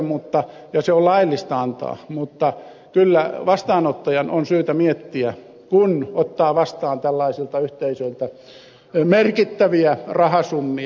en syytä heitä ja on laillista antaa rahoitusta mutta kyllä vastaanottajan on syytä miettiä kun ottaa vastaan tällaisilta yhteisöiltä merkittäviä rahasummia